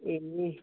ए